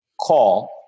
call